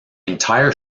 entire